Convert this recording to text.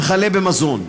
וכלה במזון.